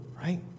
right